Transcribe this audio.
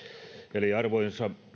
eli arvoisa